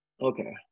okay